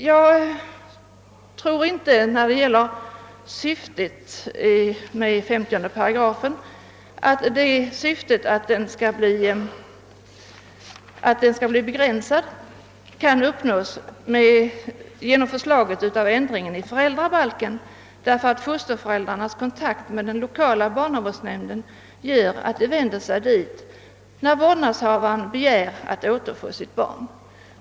Jag tror inte att syftet, att tillämpningen av 50 § skall bli begränsad, kan uppnås genom förslaget om ändring i föräldrabalken. Fosterföräldrarnas kontakt med den lokala barnavårdsnämnden medför att de vänder sig dit när vårdnadshavaren begär att återfå sitt barn.